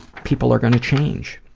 people are gonna change.